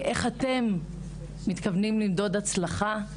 איך אתם מתכוונים למדוד הצלחה?